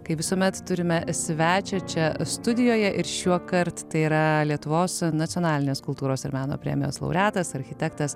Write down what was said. kaip visuomet turime svečią čia studijoje ir šiuokart tai yra lietuvos nacionalinės kultūros ir meno premijos laureatas architektas